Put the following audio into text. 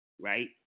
right